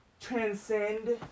transcend